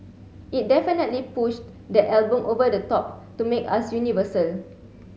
it definitely pushed that album over the top to make us universal